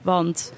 Want